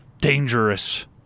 dangerous